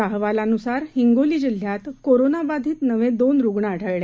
ताज्या अहवालानुसार हिंगोली जिल्ह्यात कोरोनाबाधित नवे दोन रुग्ण आढळले